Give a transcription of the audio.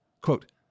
Quote